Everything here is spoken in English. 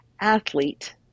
athlete